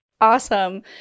Awesome